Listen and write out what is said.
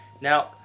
Now